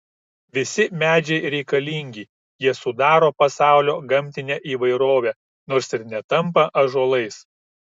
visi medžiai reikalingi jie sudaro pasaulio gamtinę įvairovę nors ir netampa ąžuolais